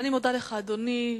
אני מודה לך, אדוני.